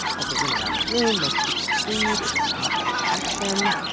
as they went around the room, most people agreed it was time to take action.